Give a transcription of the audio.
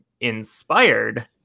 inspired